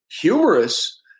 humorous